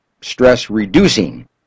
stress-reducing